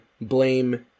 blame